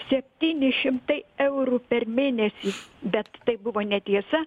septyni šimtai eurų per mėnesį bet tai buvo netiesa